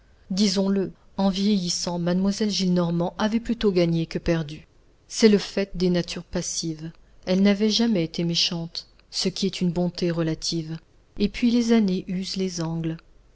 disons-le en vieillissant mlle gillenormand avait plutôt gagné que perdu c'est le fait des natures passives elle n'avait jamais été méchante ce qui est une bonté relative et puis les années usent les angles